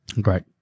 Great